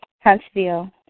Huntsville